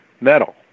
metal